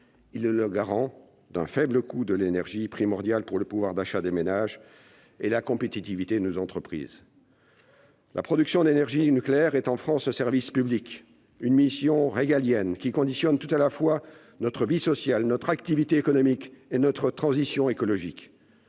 et d'un faible coût de l'énergie, primordial pour le pouvoir d'achat des ménages et la compétitivité de nos entreprises. La production d'énergie nucléaire est, en France, un service public, une mission régalienne, qui conditionne tout à la fois notre vie sociale, notre activité économique et notre transition écologique.